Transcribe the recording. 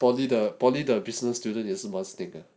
polytechnic polytechnic the business student 也是蛮 snake